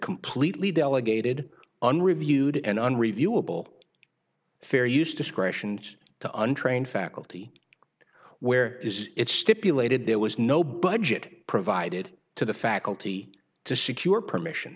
completely delegated unreviewed and unreviewable fair use discretion to untrained faculty where is it stipulated there was no budget provided to the faculty to secure permission